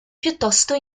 piuttosto